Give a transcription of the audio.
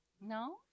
No